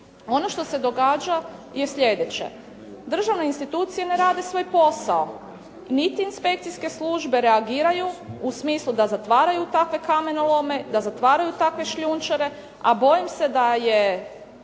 Ono što se događa je sljedeće, državne institucije ne rade svoj posao. Niti inspekcijske službe reagiraju u smislu da zatvaraju takve kamenolome, da zatvaraju takve šljunčare, a bojim se da je